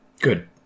Good